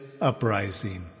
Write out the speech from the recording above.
uprising